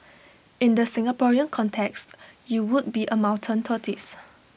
in the Singaporean context you would be A mountain tortoise